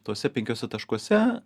tuose penkiuose taškuose